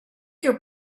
your